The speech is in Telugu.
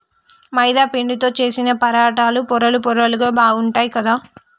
మైదా పిండితో చేశిన పరాటాలు పొరలు పొరలుగా బాగుంటాయ్ కదా